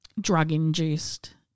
drug-induced